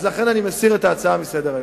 אז לכן אני מסיר את ההצעה מסדר-היום.